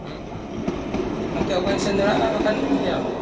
ᱦᱮᱸ ᱦᱟᱱᱛᱮ ᱦᱚᱸ ᱵᱟᱹᱧ ᱥᱮᱱ ᱫᱟᱲᱮᱭᱟᱜᱼᱟ ᱵᱟᱠᱷᱟᱱ ᱤᱭᱟᱹ ᱦᱚᱸ